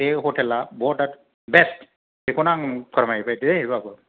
बे हतेला बथ आर बेस्त बिखौनो आं फोरमायबाय दे बाबु